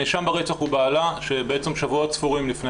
הנאשם ברצח הוא בעלה ששבועות ספורים לפני